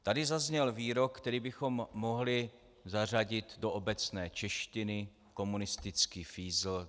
Tady zazněl výrok, který bychom mohli zařadit do obecné češtiny komunistický fízl.